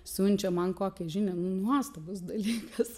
siunčia man kokią žinią nu nuostabus dalykas